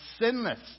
sinless